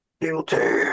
Guilty